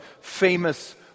famous